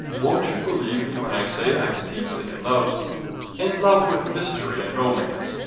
won't you believe me when i say i'm deeply in love in love with mystery and romance!